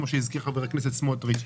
כפי שהזכיר חבר הכנסת סמוטריץ',